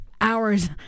hours